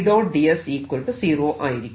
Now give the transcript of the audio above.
ds 0 ആയിരിക്കും